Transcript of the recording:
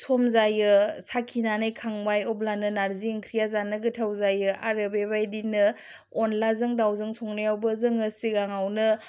सम जायो साखिनानै खांबाय अब्लानो नार्जि ओंख्रिया जानो गोथाव जायो आरो बेबायदिनो अनलाजों दाउजों संनायावबो जोङो सिगाङावनो